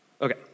Okay